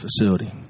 facility